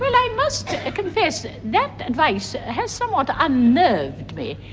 i must confess that that advice has somewhat unnerved me,